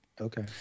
okay